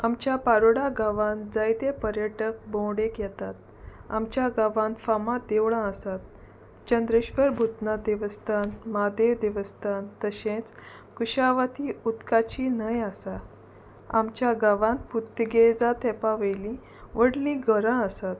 आमच्या पारोडा गांवांत जायते पर्यटक भोंवडेक येतात आमच्या गांवांत फामाद देवळां आसात चंद्रेश्वर भुतनाथ देवस्थान म्हादेव देवस्थान तशेंच कुशावाती उदकाची न्हंय आसा आमच्या गांवांत पुर्तुगेजां तेंपा वयलीं व्हडलीं घरां आसात